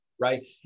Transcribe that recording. Right